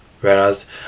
whereas